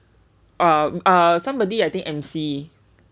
uh uh somebody I think M_C